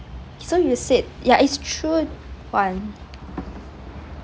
so you said ya it's true one